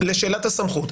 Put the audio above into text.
לשאלת הסמכות.